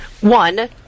One